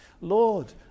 lord